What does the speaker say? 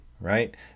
right